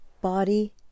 body